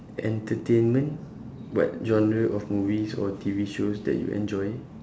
entertainment what genre of movies or T_V shows that you enjoy